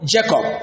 Jacob